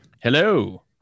Hello